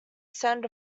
send